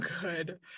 good